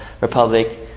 Republic